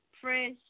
fresh